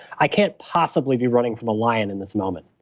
i can't possibly be running from a lion in this moment.